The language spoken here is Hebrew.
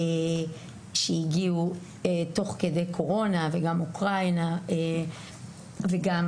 שהגיעו תוך כדי הקורונה, מאוקראינה וגם